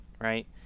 right